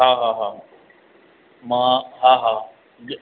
हा हा हा मां हा हा